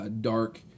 dark